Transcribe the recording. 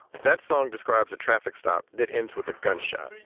that song describes a traffic stop that ends with a gunshot.